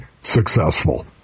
successful